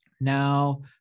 now